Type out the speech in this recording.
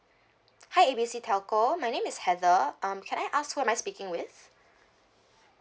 hi A B C telco my name is heather um can I ask who am I speaking with